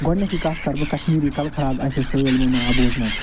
گۄڈٕنٮ۪تھٕے کَتھ کَرٕ بہٕ کَشمیٖری کَل خراب اَسہِ آسہِ سٲلمو ناو بوٗزمُت